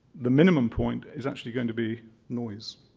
the minimum point is actually going to be noise.